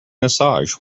massage